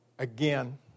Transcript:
Again